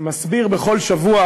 אשר מסביר בכל שבוע